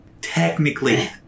Technically